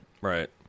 Right